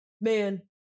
man